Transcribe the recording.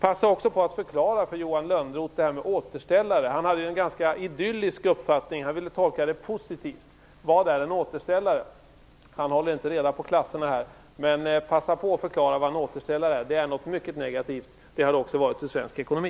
Passa också på att förklara det här med återställare för Johan Lönnroth! Han hade en ganska idyllisk uppfattning om dem - han ville tolka det positivt. Han håller inte reda på klasserna här! Passa alltså på att förklara vad en återställare är - det är något mycket negativt, och det har det också varit för svensk ekonomi.